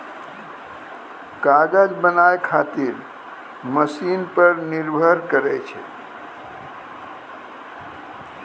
कागज बनाय खातीर मशिन पर निर्भर करै छै